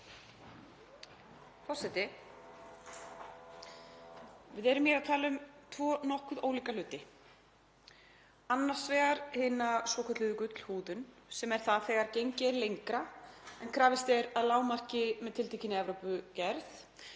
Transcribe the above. Forseti. Við erum að tala um tvo nokkuð ólíka hluti, annars vegar hina svokölluðu gullhúðun sem er það þegar gengið er lengra en krafist er að lágmarki með tiltekinni Evrópugerð,